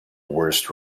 worst